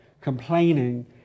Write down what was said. complaining